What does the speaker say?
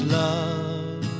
love